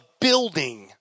building